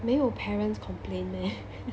没有 parents complain meh